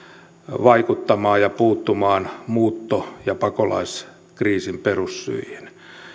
vaikuttamaan ja puuttumaan muutto ja pakolaiskriisin perussyihin